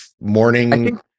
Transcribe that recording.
morning